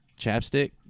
chapstick